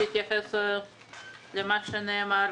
אבקש להתייחס אל מה שנאמר.